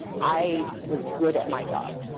i was good at my job.